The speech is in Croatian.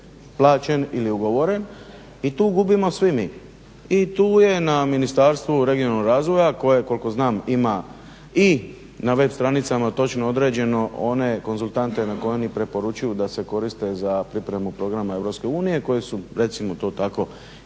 plaćen ili ugovoren i tu gubimo svi mi i tu je na Ministarstvu regionalnog razvoja koje koliko znam ima i na web stranicama točno određeno one konzultante koje oni preporučuju da se koriste za pripremu programa Europske unije koji su recimo to tako